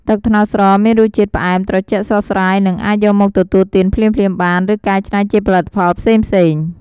ទឹកត្នោតស្រស់មានរសជាតិផ្អែម ត្រជាក់ស្រស់ស្រាយ និងអាចយកមកទទួលទានភ្លាមៗបាន ឬកែច្នៃជាផលិតផលផ្សេងៗ។